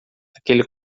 aquele